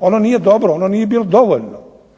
ono nije dobro, ono nije bilo dovoljno.